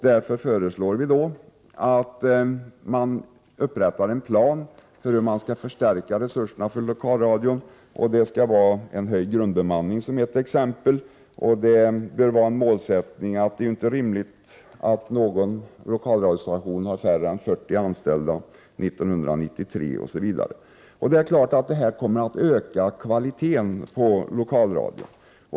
Därför föreslår vi upprättandet av en plan för hur man skall förstärka resurserna för lokalradion. Det skall t.ex. vara en höjd grundbemanning. En målsättning bör vara att ingen lokalradiostation har färre än 40 anställda 1993. Det är klart att detta kommer att öka kvaliteten på lokalradion.